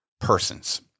persons